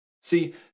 See